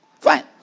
Fine